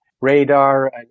radar